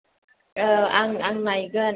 आं आं नायगोन